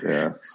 Yes